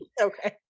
okay